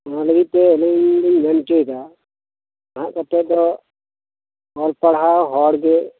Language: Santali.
ᱚᱱᱟ ᱞᱟᱹᱜᱤᱫ ᱛᱮ ᱟᱹᱞᱤᱧᱞᱤᱧ ᱢᱮᱱ ᱦᱚᱪᱚᱭᱮᱫᱟ ᱱᱟᱦᱟᱜ ᱚᱠᱛᱚ ᱫᱚ ᱚᱞᱼᱯᱟᱲᱦᱟᱣ ᱦᱚᱲ ᱜᱮ